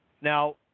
now –